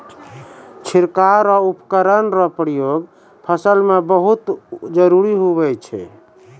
छिड़काव रो उपकरण रो प्रयोग फसल मे बहुत जरुरी हुवै छै